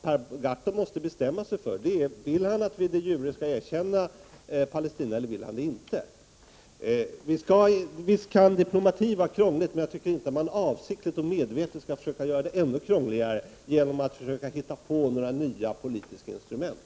Per Gahrton måste bestämma sig för om han vill att vi de jure skall erkänna Palestina eller inte. Visst kan diplomati vara krångligt, men man bör enligt min mening inte avsiktligt och medvetet försöka göra det ännu krångligare genom att försöka hitta på nya politiska instrument.